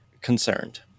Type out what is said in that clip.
concerned